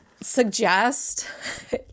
suggest